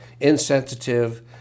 insensitive